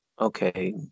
okay